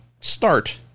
start